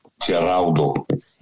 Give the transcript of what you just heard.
Geraldo